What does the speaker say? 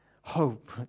hope